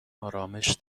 آرامش